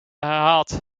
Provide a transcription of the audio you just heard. herhaald